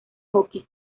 hockey